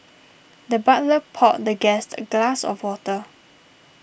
the butler poured the guest a glass of water